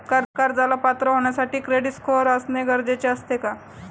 कर्जाला पात्र होण्यासाठी क्रेडिट स्कोअर असणे गरजेचे असते का?